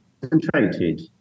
concentrated